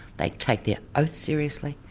they take their oath seriously,